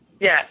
Yes